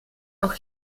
auch